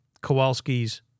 Kowalski's